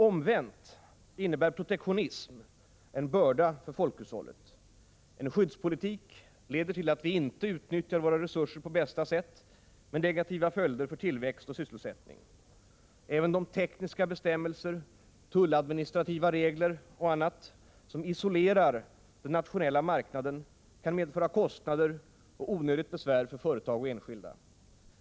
Omvänt innebär protektionism en börda för folkhushållet. En skyddspolitik leder till att vi inte utnyttjar våra resurser på bästa sätt, med negativa följder för tillväxt och sysselsättning. Även de tekniska bestämmelser, tulladministrativa regler, m.m. som isolerar den nationella marknaden kan medföra kostnader och onödigt besvär för företag och enskilda.